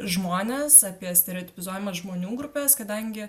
žmones apie stereotipizuojamas žmonių grupes kadangi